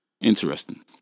interesting